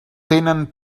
tenen